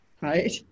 right